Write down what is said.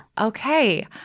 Okay